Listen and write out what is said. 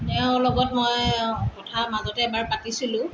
তেওঁৰ লগত মই কথা মাজতে এবাৰ পাতিছিলোঁ